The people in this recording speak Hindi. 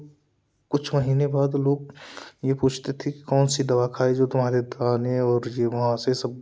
कुछ महीने बाद लोग यह पूछते थे कौन सी दवा खाई जो तुम्हारे दाने और यह मुहासे सब